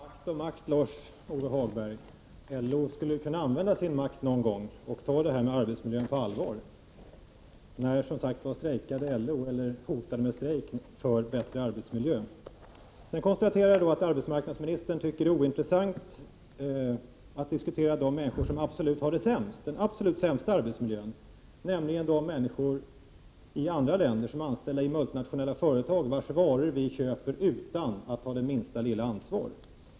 Herr talman! Makt och makt, Lars-Ove Hagberg. LO borde använda sin makt någon gång och ta arbetsmiljön på allvar. När strejkade LO eller hotade med strejk för en bättre arbetsmiljö? Sedan konstaterar jag att arbetsmarknadsministern tycker att det inte är intressant att diskutera de människor som har den absolut sämsta arbetsmiljön, nämligen de människor i andra länder som är anställda i multinationella företag, vars varor vi köper utan att ta det minsta lilla ansvar.